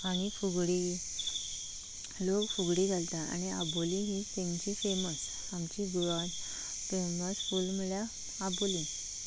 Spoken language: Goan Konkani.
आनी फुगडी लोग फुगडी घालता आनी आबोलीं हीं तेंची फेमस आमची गोवान फेमस फूल म्हळ्या आबोलीं